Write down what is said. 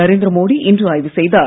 நரேந்திர மோடி இன்று ஆய்வு செய்தார்